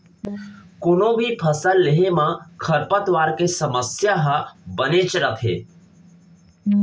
कोनों भी फसल लेहे म खरपतवार के समस्या ह बनेच रथे